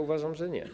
Uważam, że nie.